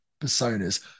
personas